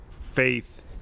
faith